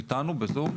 את איתנו בזום?